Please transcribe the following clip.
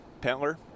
pentler